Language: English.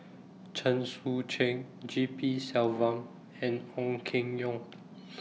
Chen Sucheng G P Selvam and Ong Keng Yong